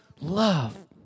love